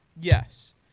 Yes